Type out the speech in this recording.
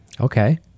Okay